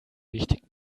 wichtig